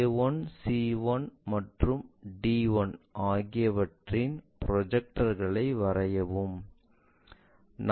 a1 c1 மற்றும் d1 ஆகியவற்றின் ப்ரொஜெக்டர்களை வரையவும்